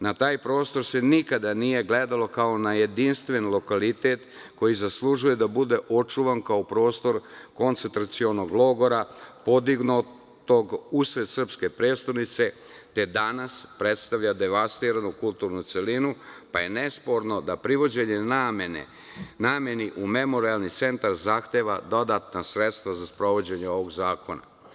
Na taj prostor se nikada nije gledalo kao na jedinstven lokalitet koji zaslužuje da bude očuvan kao prostor koncentracionog logora, podignutog usred srpske prestonice, te danas predstavlja devastiranu kulturnu celinu, pa je nesporno da privođenje nameni u Memorijalni centar zahteva dodatna sredstva za sprovođenje ovog zakona.